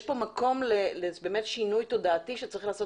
יש כאן מקום לשינוי תודעתי צריך לעשות